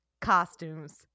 costumes